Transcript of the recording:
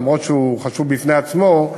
למרות שהוא חשוב בפני עצמו.